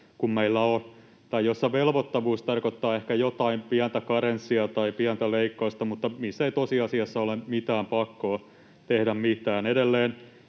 jossa velvoittavuus tarkoittaa ehkä jotain pientä karenssia tai pientä leikkausta, mutta niissä ei tosiasiassa ole mitään pakkoa tehdä mitään. Edelleen